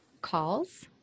calls